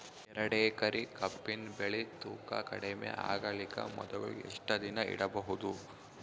ಎರಡೇಕರಿ ಕಬ್ಬಿನ್ ಬೆಳಿ ತೂಕ ಕಡಿಮೆ ಆಗಲಿಕ ಮೊದಲು ಎಷ್ಟ ದಿನ ಇಡಬಹುದು?